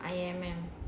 I_M_M